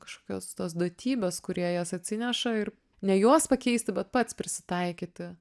kažkokios tos duotybės kurie jas atsineša ir ne juos pakeisti bet pats prisitaikyti